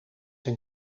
een